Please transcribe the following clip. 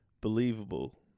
believable